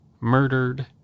murdered